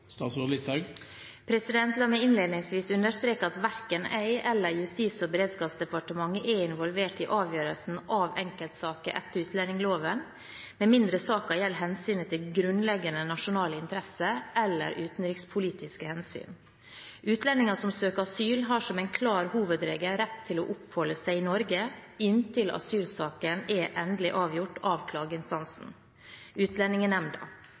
La meg innledningsvis understreke at etter utlendingsloven er verken jeg eller Justis- og beredskapsdepartementet involvert i avgjørelsen av enkeltsaker, med mindre saken gjelder hensynet til grunnleggende nasjonale interesser eller utenrikspolitiske hensyn. Utlendinger som søker asyl, har som en klar hovedregel rett til å oppholde seg i Norge inntil asylsaken er endelig avgjort